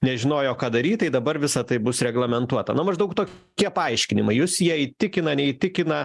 nežinojo ką daryt tai dabar visa tai bus reglamentuota nu maždaug tokie paaiškinimai jus jie įtikina neįtikina